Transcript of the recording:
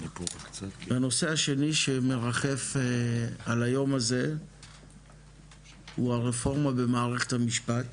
הנושא השני שמרחף על היום הזה הוא הרפורמה במערכת המשפט.